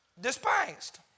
despised